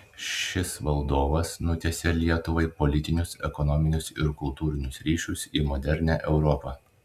šis valdovas nutiesė lietuvai politinius ekonominius ir kultūrinius ryšius į modernią europą